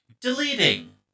Deleting